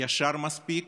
ישר מספיק,